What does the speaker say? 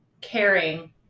caring